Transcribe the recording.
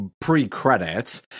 pre-credits